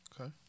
Okay